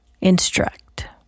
instruct